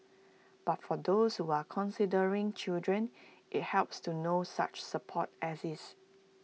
but for those who are considering children IT helps to know such support exists